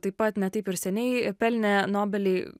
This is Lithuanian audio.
taip pat ne taip ir seniai pelnė nobelį